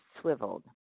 swiveled